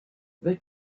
they